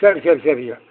சரி சரி சரிய்யா